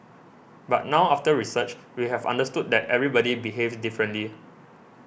but now after research we have understood that everybody behaves differently